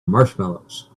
marshmallows